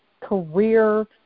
career